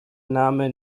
name